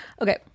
Okay